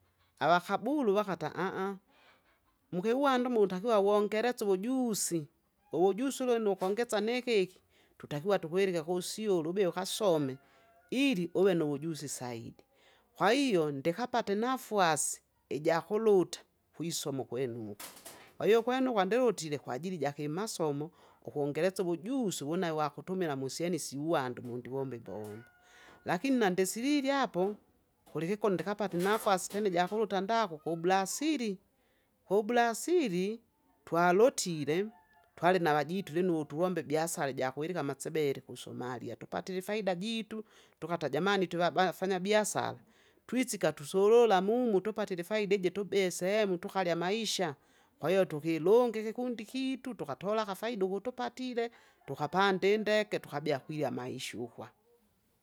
Avakaburu vakata mukiwanda umu utakiwa uwongerese uvujusi, uvujusi ulu lino wukongesa nikeki, tutakiwa tukwilike kusyule ubie ukasome, ili uve nuvujuzu saidi. Kwahiyo ndikapate inafwasi, ijakuluta kwisoma ukwene umuke, kwahiyo kwene ukwandilutile kwajili jakimasomo ukongeresa uvujusi uwune wakutumila musyene isiuwanda mundiwomba imbombo. Lakini nandisililye apo, kulikikone ndikapata inafasi tena ijakuruta ndaku ku- Brasili, ku- Brasili!, twalotile twalinavajitu lino uwu tovomba ibiasara ijakwilika amasebele kusomalia tupatile ifaida jitu, tukata jamani jamani twevabana fanya biasara. Twisika tusulula amumu tupatile ifaida iji tubi sehemu tukarya amaisha. Kwahiyo tukilunga ikikundi kitu tukatola akafaida ukutupatile tukapande indeke tukabia kuirya amaishukwa.